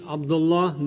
Abdullah